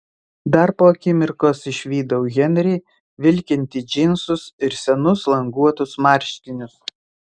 dar po akimirkos išvydau henrį vilkintį džinsus ir senus languotus marškinius